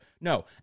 No